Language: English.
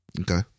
Okay